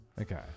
Okay